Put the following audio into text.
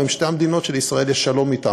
הן שתי המדינות שלישראל יש שלום אתן,